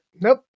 Nope